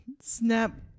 snap